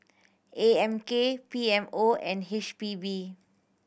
A M K P M O and H P B